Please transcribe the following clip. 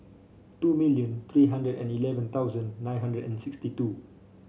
two million three hundred and eleven thousand nine hundred and sixty two